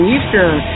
Eastern